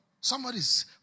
Somebody's